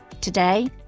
Today